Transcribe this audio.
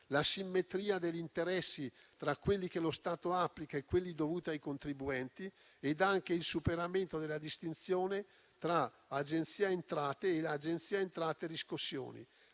la simmetria degli interessi tra quelli che lo Stato applica e quelli dovuti ai contribuenti e il superamento della distinzione tra Agenzia delle entrate e Agenzia delle entrate-Riscossione.